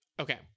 Okay